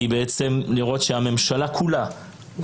לראות שהממשלה כולה,